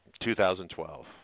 2012